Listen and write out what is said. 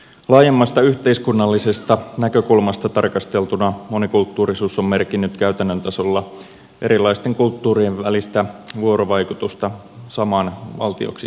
laajemmasta yhteiskunnallisesta näkökulmasta tarkasteltuna monikulttuurisuus on merkinnyt käytännön tasolla erilaisten kulttuurien välistä vuorovaikutusta saman valtioksi määritellyn alueen sisäpuolella